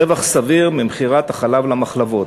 רווח סביר ממכירת החלב למחלבות.